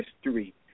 history